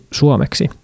suomeksi